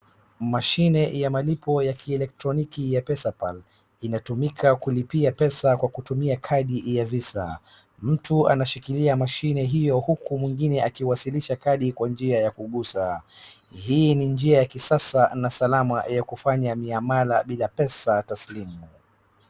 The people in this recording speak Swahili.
Mashine ya malipo ya kielektroniki ya pesapal inatumika kulipia pesa kwa kutumia kadi ya visa , mtu anashikilia mashine hiyo huku mwingine akiwasilisha kadi kwa njia ya kugusa, hii ni njia ya kisasa na salama ya kufanya miamala bila pesa taslimu.